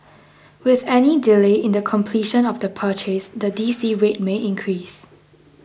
with any delay in the completion of the purchase the D C rate may increase